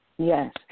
Yes